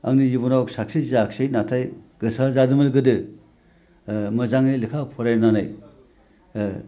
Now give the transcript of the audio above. आंनि जिबनाव साकसेस जायाखसै नाथाय गोसो जादोंमोन गोदो मोजाङै लेखा फरायनानै